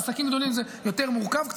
לעסקים גדולים זה קצת יותר מורכב.